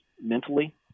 mentally